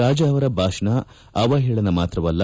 ರಾಜಾ ಅವರ ಭಾಷಣ ಅವಹೇಳನ ಮಾತ್ರವಲ್ಲ